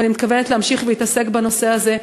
אני מתכוונת להמשיך ולהתעסק בנושא הזה.